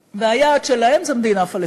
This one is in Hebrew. יעד, והיעד שלהם זה מדינה פלסטינית.